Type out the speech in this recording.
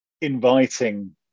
inviting